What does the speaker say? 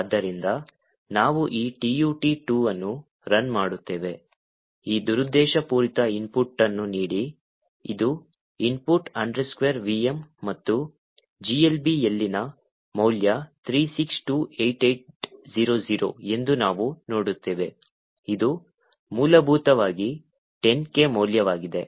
ಆದ್ದರಿಂದ ನಾವು ಈ tut2 ಅನ್ನು ರನ್ ಮಾಡುತ್ತೇವೆ ಈ ದುರುದ್ದೇಶಪೂರಿತ ಇನ್ಪುಟ್ ಅನ್ನು ನೀಡಿ ಇದು input vm ಮತ್ತು GLBಯಲ್ಲಿನ ಮೌಲ್ಯ 3628800 ಎಂದು ನಾವು ನೋಡುತ್ತೇವೆ ಇದು ಮೂಲಭೂತವಾಗಿ 10 ಕ್ಕೆ ಮೌಲ್ಯವಾಗಿದೆ